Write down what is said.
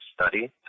study